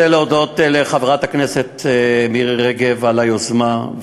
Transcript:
(מחיאות כפיים) אני רוצה להודות לחברת הכנסת מירי רגב על היוזמה,